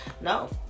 No